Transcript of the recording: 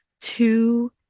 two